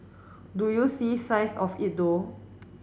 do you see signs of it though